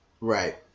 Right